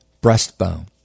breastbone